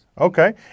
Okay